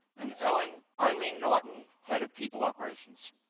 and eileen eileen naughton, head of people operations.